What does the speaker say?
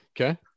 Okay